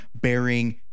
bearing